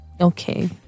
okay